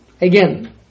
Again